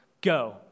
go